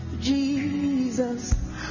Jesus